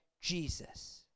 Jesus